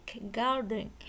garden